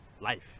life